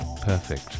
perfect